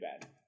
bad